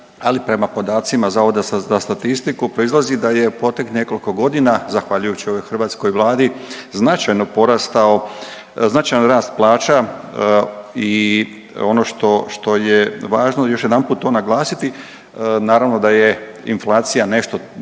ali prema podacima Zavoda za statistiku proizlazi da je proteklih nekoliko godina zahvaljujući ovoj hrvatskoj vladi značajno porastao značajno rast plaća i ono što, što je važno još jedanput to naglasiti naravno da je inflacija nešto to pokvarila,